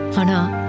Hana